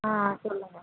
ஆ சொல்லுங்க